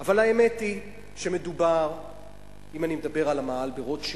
אבל האמת היא שאם אני מדבר על רוטשילד,